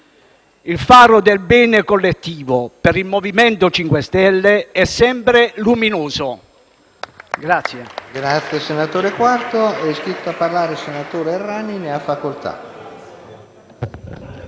Il faro del bene collettivo per il MoVimento 5 Stelle è sempre luminoso.